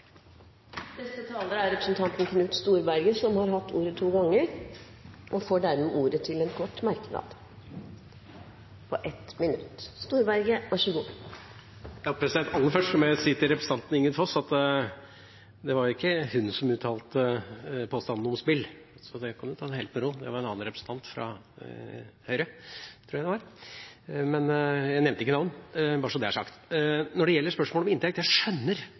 Representanten Knut Storberget har hatt ordet to ganger tidligere og får ordet til en kort merknad, begrenset til 1 minutt. Aller først må jeg si til representanten Ingunn Foss at det ikke var hun som kom med påstandene om spill, så det kan hun ta helt med ro. Det var en annen representant, fra Høyre tror jeg, men jeg nevnte ikke navn. Bare så det er sagt. Når det gjelder spørsmålet om inntekt, skjønner jeg